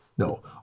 No